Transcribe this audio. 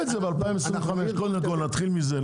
ב-2025 נתחיל מזה.